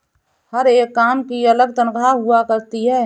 हर एक काम की अलग तन्ख्वाह हुआ करती है